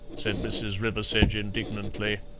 said mrs. riversedge indignantly.